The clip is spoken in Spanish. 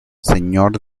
señor